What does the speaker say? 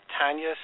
Tanya